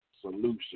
solution